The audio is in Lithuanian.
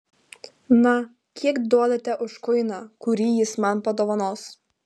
na kiek duodate už kuiną kurį jis man padovanos